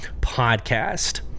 podcast